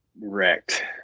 wrecked